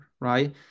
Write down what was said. right